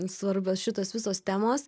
svarbios šitos visos temos